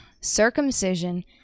circumcision